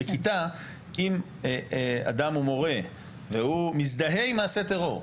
בכיתה אם אדם הוא מורה והוא מזדהה עם מעשה טרור,